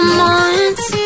months